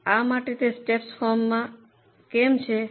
શા માટે તે સ્ટેપ્સ ફોર્મમાં છે